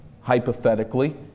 hypothetically